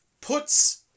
puts